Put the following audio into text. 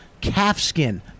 calfskin